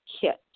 kit